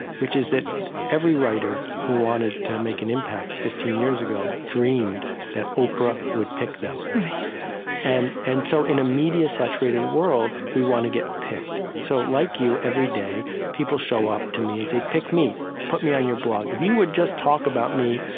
which is that every writer who wanted to make an impact fifteen years ago dreamed that oprah would pick them and and so in a media-saturated world, we want to get picked. so like you, every day people show up to me and say, pick me, put me on your blog. if you would just talk about me,